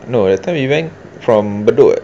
no that time we went from bedok